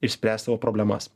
išspręst savo problemas